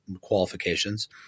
qualifications